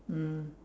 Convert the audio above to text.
mm